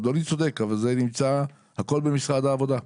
אדוני צודק, אבל זה נמצא, הכול במשרד העבודה.